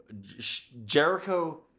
Jericho